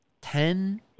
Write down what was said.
Ten